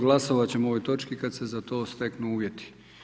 Glasovat ćemo o ovoj točki kada se za to steknu uvjeti.